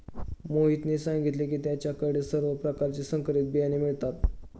मोहितने सांगितले की त्याच्या कडे सर्व प्रकारचे संकरित बियाणे मिळतात